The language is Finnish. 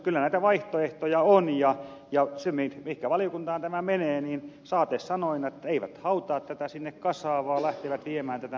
kyllä näitä vaihtoehtoja on ja sille valiokunnalle mihin tämä menee sellaisin saatesanoin että eivät hautaa tätä sinne kasaan vaan lähtevät viemään tätä määrätietoisesti eteenpäin